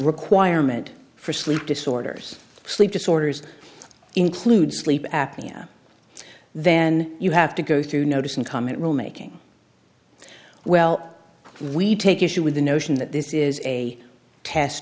requirement for sleep disorders sleep disorders include sleep apnea then you have to go through notice and comment rule making well we take issue with the notion that this is a test